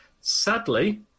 Sadly